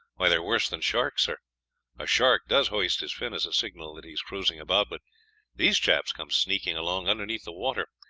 why, they are worse than sharks, sir a shark does hoist his fin as a signal that he is cruising about, but these chaps come sneaking along underneath the water,